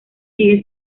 sigue